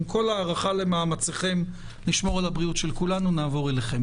עם כל ההערכה למאמציכם לשמור על הבריאות של כולנו נעבור אליכם.